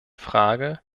frage